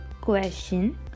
question